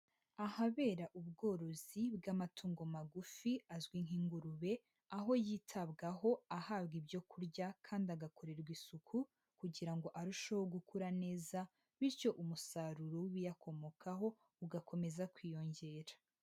Ahabera ubworozi bw'amatungo magufi azwi nk'ingurube, aho yitabwaho ahabwa ibyo kurya kandi agakorerwa isuku kugira ngo arusheho gukura neza bityo umusaruro w'ibiyakomokaho ugakomeza kwiyongera.